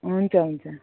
हुन्छ हुन्छ